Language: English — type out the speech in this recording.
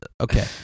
okay